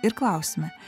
ir klausimai